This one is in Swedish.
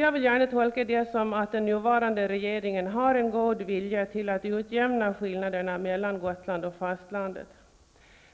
Jag vill gärna tolka detta som att den nuvarande regeringen har en god vilja att utjämna skillnaderna mellan Gotland och fastlandet.